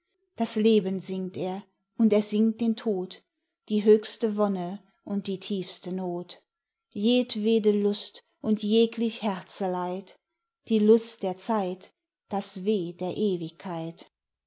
das leben singt er und er singt den tod die höchste wonne und die tiefste not jedwede lust und jeglich herzeleid die lust der zeit das weh der ewigkeit